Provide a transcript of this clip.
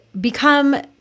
become